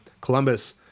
Columbus